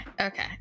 Okay